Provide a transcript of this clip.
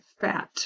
fat